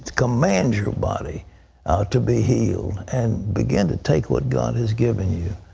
command your body to be healed. and begin to take what god has given you.